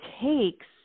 takes